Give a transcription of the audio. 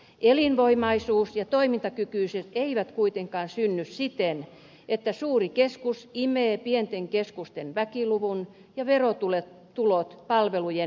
elinvoimaisuus ja toimintakykyisyys eivät kuitenkaan synny siten että suuri keskus imee pienten keskusten väkiluvun ja verotulot palvelujen järjestämiseen